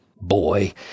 boy